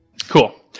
Cool